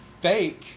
fake